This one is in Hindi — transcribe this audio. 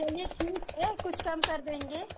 चलिए ठीक है कुछ कम कर देंगे